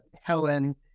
helen